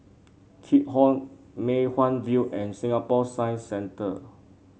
Keat Hong Mei Hwan View and Singapore Science Centre